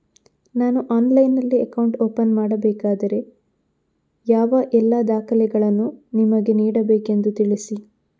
ನಾನು ಆನ್ಲೈನ್ನಲ್ಲಿ account open ಮಾಡಬೇಕಾದರೆ ಯಾವ ಎಲ್ಲ ದಾಖಲೆಗಳನ್ನು ನಿಮಗೆ ನೀಡಬೇಕೆಂದು ತಿಳಿಸಿ?